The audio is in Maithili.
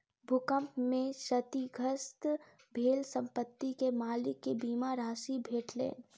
भूकंप में क्षतिग्रस्त भेल संपत्ति के मालिक के बीमा राशि भेटलैन